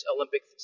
Olympic